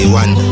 one